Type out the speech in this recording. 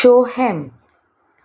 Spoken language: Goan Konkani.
शोहम